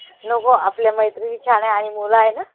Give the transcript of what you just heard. नको आपल्या मैत्रिणी छान आहे आणि मुलं आहे ना